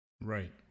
right